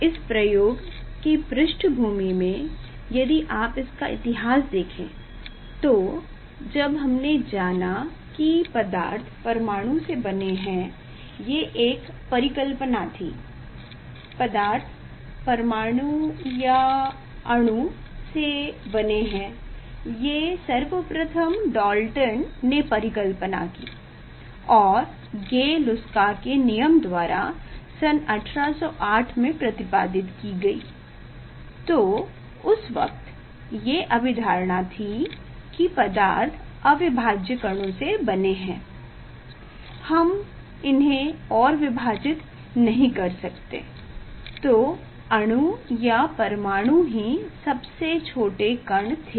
इस प्रयोग के पृष्ठभूमि में यदि आप इसका इतिहास देखें तो जब हमने जाना की पदार्थ परमाणु से बनें हैं ये एक परिकल्पना थी पदार्थ अणु या परमाणु से बने हैं ये सर्वप्रथम डाल्टन परिकल्पना और गे लुस्साक के नियम द्वारा सन 1808 में प्रतिपादित की गयी तो उस वक्त ये अभिधारणा थी की पदार्थ अविभाज्य कणों से बनें हैं हम इन्हे और विभाजित नहीं कर सकते तो अणु या परमाणु ही सबसे छोटे कण थे